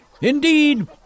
Indeed